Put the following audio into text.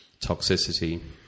toxicity